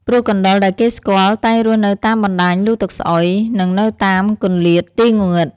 ព្រោះកណ្តុរដែលគេស្គាល់តែងរស់នៅតាមបណ្តាញលូទឹកស្អុយ និងនៅតាមកន្លៀតទីងងឹត។